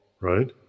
right